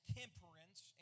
temperance